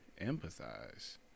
Empathize